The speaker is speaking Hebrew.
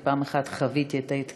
אני פעם אחת חוויתי התקף,